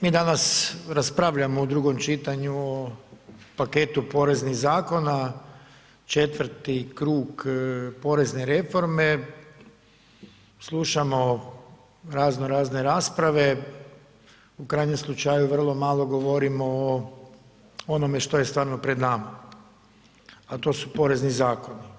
Mi danas raspravljamo u drugom čitanju o paketu poreznih zakona, četvrti krug porezne reforme, slušamo raznorazne rasprave, u krajnjem slučaju vrlo malo govorimo o onome što je stvarno pred nama a to su porezni zakoni.